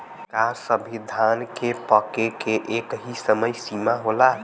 का सभी धान के पके के एकही समय सीमा होला?